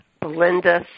Belinda